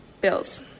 bills